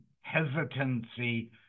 hesitancy